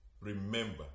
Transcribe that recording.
Remember